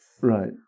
Right